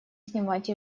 снимать